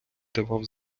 давав